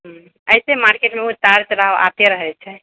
ऐसे मार्केटमे उतार चढ़ाव आते रहैत छै